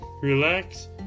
relax